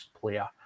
player